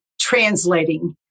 translating